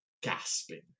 gasping